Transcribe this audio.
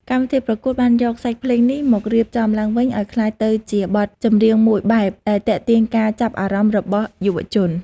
កម្មវិធីប្រកួតបានយកសាច់ភ្លេងនេះមករៀបចំឡើងវិញឲ្យក្លាយទៅជាបទចម្រៀងមួយបែបដែលទាក់ទាញការចាប់អារម្មណ៍របស់យុវជន។